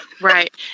Right